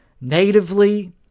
natively